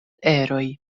eroj